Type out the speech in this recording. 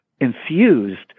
infused